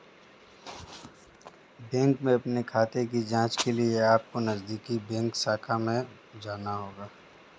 bank में अपने खाते की जांच के लिए अपको नजदीकी बैंक शाखा में जाना होगा